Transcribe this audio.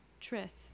Tris